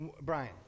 Brian